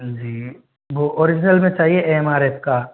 जी वो ओरिजिनल में चाहिए एम आर एफ का